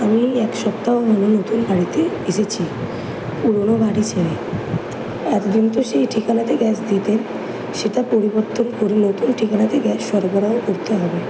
আমি এক সপ্তাহ হলো নতুন বাড়িতে এসেছি পুরোনো বাড়ি ছেড়ে এত দিন তো সেই ঠিকানাতেই গ্যাস দিতেন সেটা পরিবর্তন করে নতুন ঠিকানাতে গ্যাস সরবরাহ করতে হবে